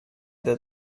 that